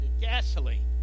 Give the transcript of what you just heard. gasoline